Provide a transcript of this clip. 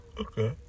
Okay